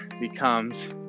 becomes